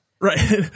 right